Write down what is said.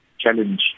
challenge